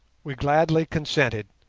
we gladly consented,